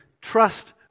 trust